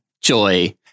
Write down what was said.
Joy